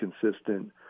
consistent